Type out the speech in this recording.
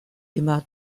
immer